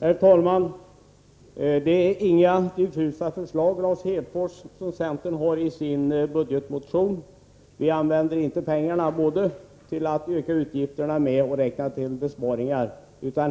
Herr talman! Det är inga diffusa förslag centern har i sin budgetmotion, Lars Hedfors. Vi använder inte pengarna både till att öka utgifterna och till att räkna in besparingar, utan